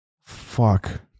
Fuck